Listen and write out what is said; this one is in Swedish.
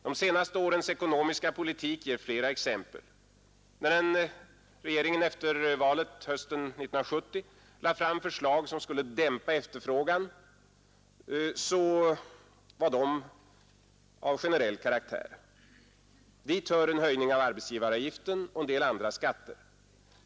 De senaste årens ekonomiska politik ger flera exempel. När regeringen efter valet hösten 1970 lade fram förslag som skulle dämpa efterfrågan var de av generell karaktär. Dit hör en höjning av arbetsgivaravgiften samt en del andra skatter.